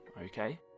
Okay